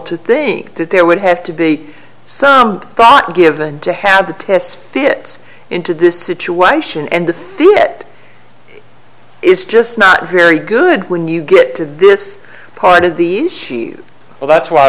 to think that there would have to be some thought given to have the tests fit into this situation and the senate is just not very good when you get to this part of the well that's why